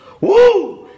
Woo